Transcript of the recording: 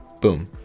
Boom